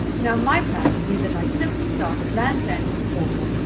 now, my plan would be that i'd simply start at land's end, in cornwall,